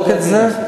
אני אבדוק את זה.